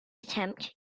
attempt